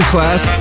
class